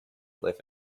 live